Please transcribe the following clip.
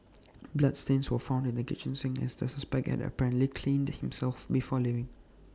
bloodstains were found in the kitchen sink as the suspect had apparently cleaned himself before leaving